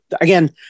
again